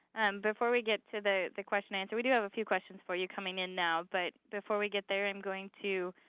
before we get to the the question answer we do have a few questions for you coming in now but before we get there, i'm going to